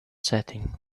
setting